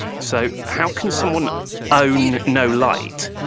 so how can someone own no light?